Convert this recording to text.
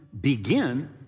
begin